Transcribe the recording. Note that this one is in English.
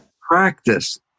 practice